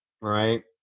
right